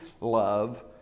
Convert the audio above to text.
love